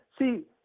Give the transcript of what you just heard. see